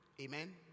Amen